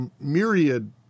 myriad